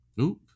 Oop